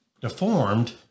deformed